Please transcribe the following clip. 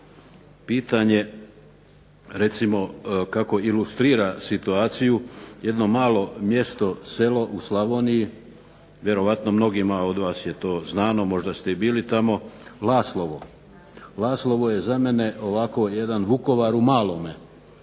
pitanje recimo kako ilustrira situaciju jedno malo mjesto, selo u Slavoniji, vjerojatno mnogo od vas je to znano, možda ste i bili tamo, Laslovo. Laslovo je za mene ovako jedan Vukovar u malome